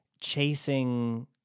chasing